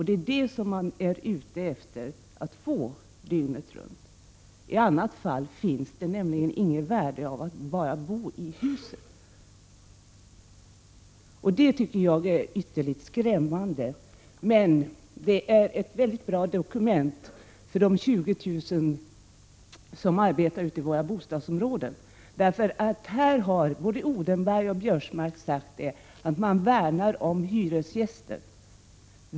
De borgerliga är alltså ute efter att fastighetsskötaren skall vara tillgänglig dygnet runt — det finns nämligen inget annat värde i att han bor i huset. Jag tycker att det är ytterligt skrämmande. Denna debatt är ett mycket bra dokument för de 20 000 människor som arbetar ute i bostadsområdena, därför att både Odenberg och Biörsmark har sagt att de värnar om hyresgästen.